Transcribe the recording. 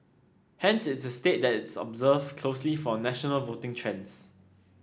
hence it's a state that is observed closely for national voting trends